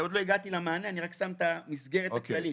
עוד לא הגעתי למענה, אני רק שם את המסגרת הכללית.